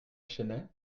chennai